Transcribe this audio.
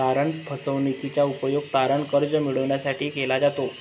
तारण फसवणूकीचा उपयोग तारण कर्ज मिळविण्यासाठी केला जातो